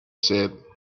said